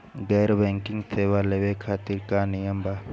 गैर बैंकिंग सेवा लेवे खातिर का नियम बा?